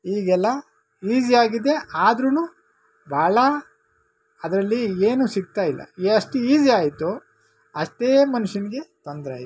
ಈಗೆಲ್ಲ ಈಜಿ ಆಗಿದೆ ಆದ್ರು ಭಾಳ ಅದರಲ್ಲಿ ಏನೂ ಸಿಕ್ತಾ ಇಲ್ಲ ಎಷ್ಟು ಈಜಿ ಆಯಿತು ಅಷ್ಟೇ ಮನ್ಷನಿಗೆ ತೊಂದರೆ ಆಯಿತು